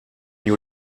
you